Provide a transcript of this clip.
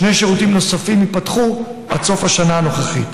שני שירותים נוספים ייפתחו עד סוף השנה הנוכחית.